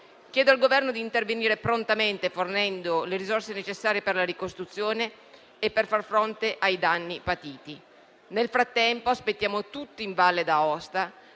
Chiedo al Governo di intervenire prontamente, ponendo le risorse necessarie per la ricostruzione e per far fronte ai danni patiti. Nel frattempo, aspettiamo tutti in Valle d'Aosta,